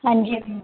ਹਾਂਜੀ ਜੀ